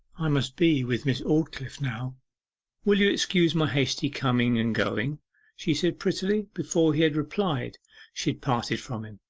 i must be with miss aldclyffe now will you excuse my hasty coming and going she said prettily. before he had replied she had parted from him.